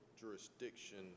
jurisdiction